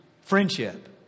friendship